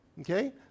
Okay